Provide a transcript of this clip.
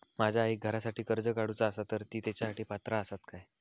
माझ्या आईक घरासाठी कर्ज काढूचा असा तर ती तेच्यासाठी पात्र असात काय?